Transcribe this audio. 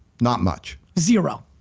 not much. zero.